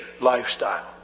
lifestyle